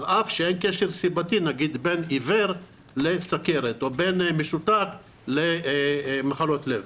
על אף שאין קשר סיבתי בין עיוור לסוכרת או בין משותק למחלות לב.